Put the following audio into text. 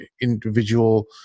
individual